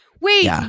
Wait